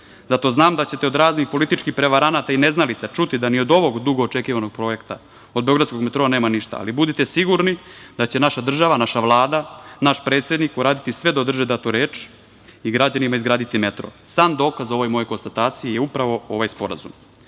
zato znam da ćete od raznih političkih prevaranata i neznalica čuti da ni od ovog dugo očekivanog projekta, od beogradskog metroa nema ništa, ali budite sigurni da će naša država, naša Vlada, naš predsednik uraditi sve da održe datu reč i građanima izgraditi metro. Sam dokaz ovoj mojoj konstataciji je upravo ovaj sporazum. Takođe,